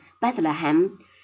Bethlehem